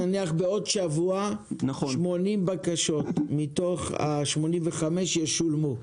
נניח בעוד שבוע 80 בקשות מתוך ה-85 ישולמו?